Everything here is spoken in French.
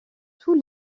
tous